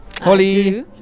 holly